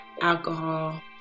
alcohol